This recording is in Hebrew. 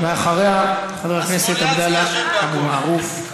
ואחריה, חבר הכנסת עבדאללה אבו מערוף.